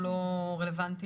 כי אני רואה שזה עד סוף יולי.